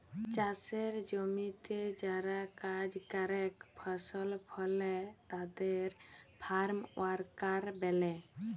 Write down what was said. চাসের জমিতে যারা কাজ করেক ফসল ফলে তাদের ফার্ম ওয়ার্কার ব্যলে